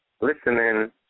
listening